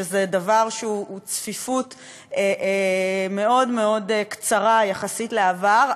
שזו צפיפות מאוד מאוד רבה יחסית לעבר.